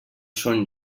són